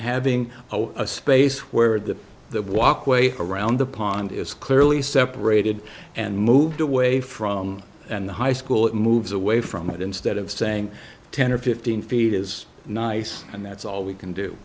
having a space where the the walkway around the pond is clearly separated and moved away from the high school it moves away from it instead of saying ten or fifteen feet is nice and that's all we can do